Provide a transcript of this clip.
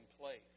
place